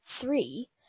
three